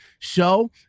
show